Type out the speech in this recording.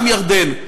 גם ירדן,